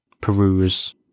peruse